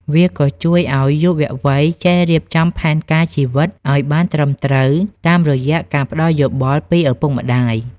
វាក៏ជួយឱ្យយុវវ័យចេះរៀបចំផែនការជីវិតឱ្យបានត្រឹមត្រូវ តាមរយៈការផ្ដល់យោបល់ពីឪពុកម្ដាយ។